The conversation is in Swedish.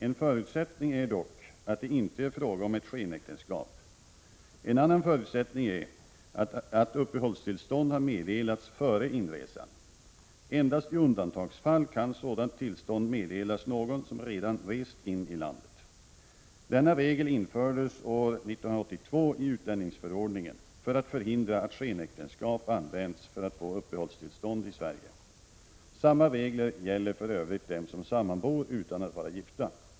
En förutsättning är dock att det inte är fråga om ett skenäktenskap. En annan förutsättning är att uppehållstillstånd har meddelats före inresan. Endast i undantagsfall kan sådant tillstånd meddelas någon som redan rest in i landet. Denna regel infördes år 1982 i utlänningsförordningen för att förhindra att skenäktenskap används för att få uppehållstillstånd i Sverige. Samma regler gäller för övrigt dem som sammanbor utan att vara gifta.